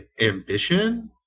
Ambition